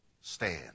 stand